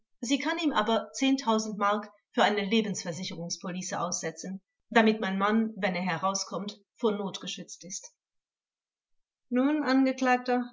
sie kann ihm aber zehntausend mark für eine lebensversicherungspolice aussetzten damit mein mann wenn er herauskommt vor not geschützt ist vors nun angeklagter